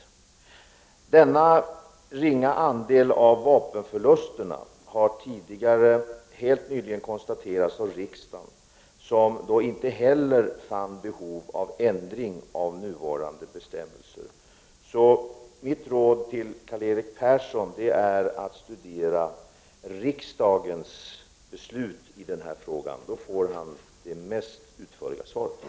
Riksdagen har helt nyligen konstaterat att denna andel av vapenförlusterna är ringa. Riksdagen fann inte heller något behov av att ändra nuvarande bestämmelser. Mitt råd till Karl-Erik Persson är att han skall studera riksdagens beslut i denna fråga. På det sättet får han det mest utförliga svaret.